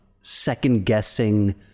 second-guessing